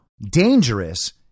dangerous